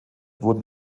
wurden